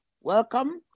Welcome